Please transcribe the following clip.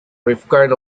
rifkind